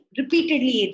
repeatedly